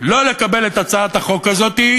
לא לקבל את הצעת החוק הזאת היא